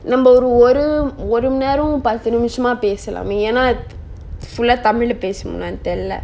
நம்ப ஒரு ஒரு ஒரு மணி நேரம் பத்து நிமிசமா பேசலாமே ஏன்னா:namba oru oru oru mani neram pathu nimisama pesalame eanna full ah tamil lah பேசனுமான்னு தெரியல:pesanumanu theriyala